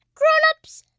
grown-ups,